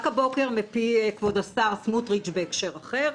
הבוקר מפי כבוד השר סמוטריץ' בהקשר אחר